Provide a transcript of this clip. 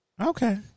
Okay